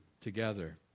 together